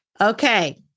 Okay